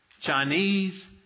Chinese